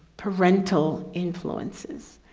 parental influences.